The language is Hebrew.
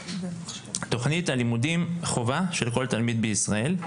תכנית לימודי החובה של כל תלמיד בישראל.